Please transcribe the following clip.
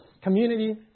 community